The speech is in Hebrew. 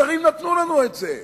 השרים נתנו לנו את זה,